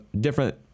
different